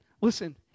listen